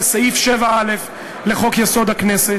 על סעיף 7א לחוק-יסוד: הכנסת.